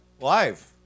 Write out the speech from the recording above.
Live